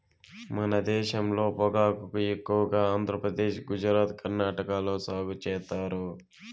మన దేశంలో పొగాకును ఎక్కువగా ఆంధ్రప్రదేశ్, గుజరాత్, కర్ణాటక లో సాగు చేత్తారు